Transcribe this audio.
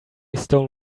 stole